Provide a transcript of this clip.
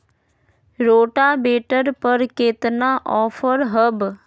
Rotavator पर केतना offer हव?